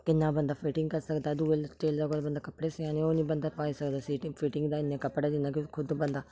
किन्ना बंदा फिटिंग करी सकदा दुए टेलरै कोल बंदा कपड़े सिआने होन निं बंदा पाई सकदा फिटिंग फिटिंग दा इन्ने कपड़े दिंदा कि खुद बंदा